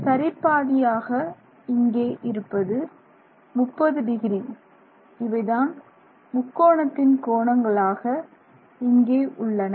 சரி பாதியாக இங்கே இருப்பது 30 டிகிரி இவைதான் முக்கோணத்தின் கோணங்களாக இங்கே உள்ளன